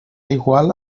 igual